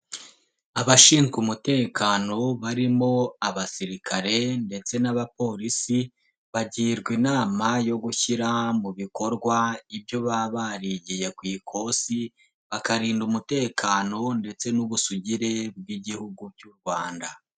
Abashinzwe umutekano barimo abasirikare ndetse n'abapolisi bagirwa inama yo gushyira mu bikorwa ibyo baba barigiye ku ikosi bakarinda umutekano ndetse n'ubusugire bw'Igihugu by'u Rwanda.